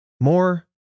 More